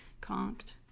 Conked